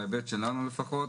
בהיבט שלנו לפחות,